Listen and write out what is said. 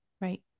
right